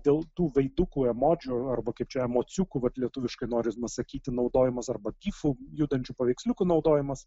dėl tų veidukų emodžių arba kaip čia emociukų lietuviškai norima sakyti naudojimas arba tifu judančių paveiksliukų naudojimas